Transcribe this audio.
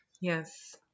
Yes